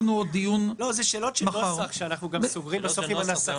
אלה שאלות של נוסח שאנחנו גם סוגרים בסוף עם הנסחות.